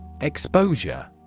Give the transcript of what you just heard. Exposure